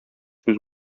сүз